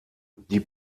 die